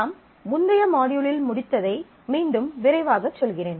நாம் முந்தைய மாட்யூலில் முடித்ததை மீண்டும் விரைவாகச் சொல்கிறேன்